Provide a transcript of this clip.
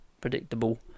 predictable